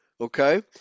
Okay